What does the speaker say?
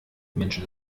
menschen